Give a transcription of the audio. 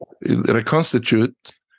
reconstitute